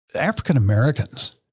African-Americans